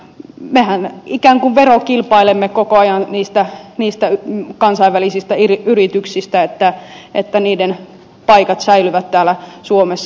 mehän ikään kuin verokilpailemme koko ajan niistä kansainvälisistä yrityksistä että niiden paikat säilyvät täällä suomessa